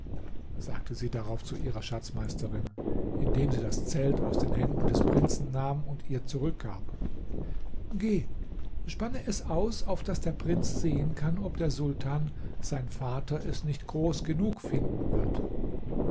sagte sie hierauf zu ihrer schatzmeisterin indem sie das zelt aus den händen des prinzen nahm und ihr zurückgab geh spanne es aus auf daß der prinz sehen kann ob der sultan sein vater es nicht groß genug finden wird